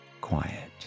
quiet